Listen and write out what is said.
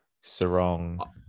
Sarong